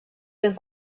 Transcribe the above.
ben